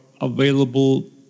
available